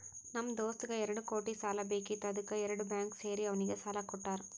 ನಮ್ ದೋಸ್ತಗ್ ಎರಡು ಕೋಟಿ ಸಾಲಾ ಬೇಕಿತ್ತು ಅದ್ದುಕ್ ಎರಡು ಬ್ಯಾಂಕ್ ಸೇರಿ ಅವ್ನಿಗ ಸಾಲಾ ಕೊಟ್ಟಾರ್